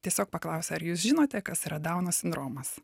tiesiog paklausė ar jūs žinote kas yra dauno sindromas